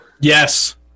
Yes